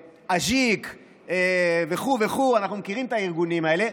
אג'יק וכו' וכו' אנחנו מכירים את הארגונים האלה,